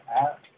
app